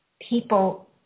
people